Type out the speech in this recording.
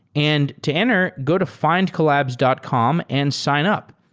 and to enter, go to findcollabs dot com and sign up.